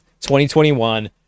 2021